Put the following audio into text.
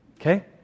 Okay